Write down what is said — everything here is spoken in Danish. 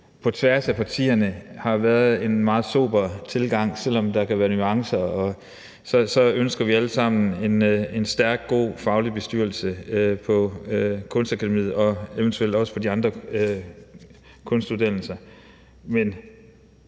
på tværs af partierne har været en meget sober tilgang. Og selv om der kan være nuancer, så ønsker vi alle sammen en stærk, god faglig bestyrelse på Kunstakademiet og eventuelt også på de andre kunstuddannelser. Men